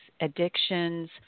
addictions